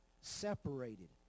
separated